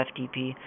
FTP